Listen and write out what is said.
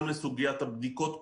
גם לסוגיית הבדיקות,